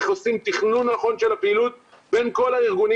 איך עושים תכנון נכון של הפעילות בין כל הארגונים